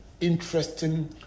interesting